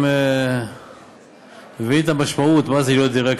אם מבינים את המשמעות מה זה להיות דירקטור.